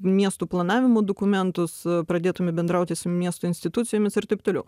miestų planavimo dokumentus pradėtume bendrauti su miesto institucijomis ir taip toliau